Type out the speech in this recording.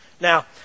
now